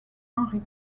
henri